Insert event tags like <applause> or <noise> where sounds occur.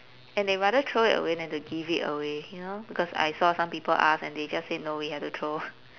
and they rather throw it away than to give it away you know because I saw some people ask and they just said no we have to throw <laughs>